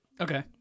Okay